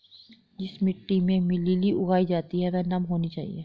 जिस मिट्टी में लिली उगाई जाती है वह नम होनी चाहिए